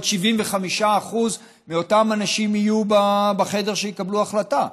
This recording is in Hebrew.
75% מאותם האנשים יהיו בחדר ויקבלו החלטה.